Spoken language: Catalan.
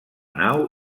nau